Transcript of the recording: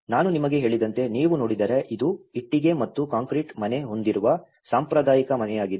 ಮತ್ತು ನಾನು ನಿಮಗೆ ಹೇಳಿದಂತೆ ನೀವು ನೋಡಿದರೆ ಇದು ಇಟ್ಟಿಗೆ ಮತ್ತು ಕಾಂಕ್ರೀಟ್ ಮನೆ ಹೊಂದಿರುವ ಸಾಂಪ್ರದಾಯಿಕ ಮನೆಯಾಗಿದೆ